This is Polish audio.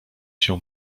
się